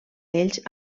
ells